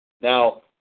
Now